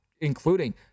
including